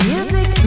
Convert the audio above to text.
Music